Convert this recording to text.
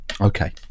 Okay